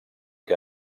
que